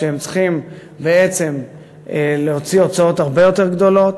כשהם צריכים בעצם להוציא הוצאות הרבה יותר גדולות,